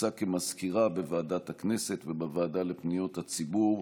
ושובצה כמזכירה בוועדת הכנסת ובוועדה לפניות הציבור.